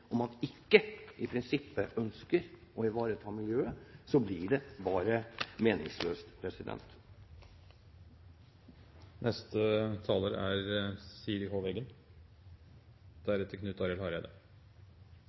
man ikke i prinsippet ønsker å ivareta miljøet, blir det bare meningsløst. Det er alltid besnærende å høre Fremskrittspartiet diskutere miljøpolitikk. Det er